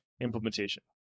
implementation